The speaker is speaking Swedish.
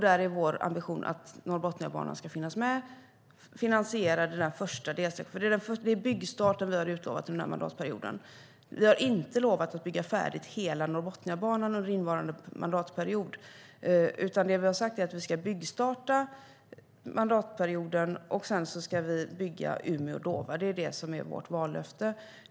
Där är vår ambition att Norrbotniabanan ska finnas med, finansierad i den första delsträckan. Det är byggstarten vi har utlovat under den här mandatperioden. Vi har inte lovat att bygga färdigt hela Norrbotniabanan under innevarande mandatperiod, utan det vi har sagt är att vi ska byggstarta under mandatperioden och sedan bygga Umeå-Dåva. Det är det som är vårt vallöfte.